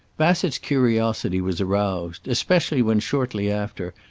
bassett's curiosity was aroused, especially when, shortly after,